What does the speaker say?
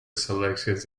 selections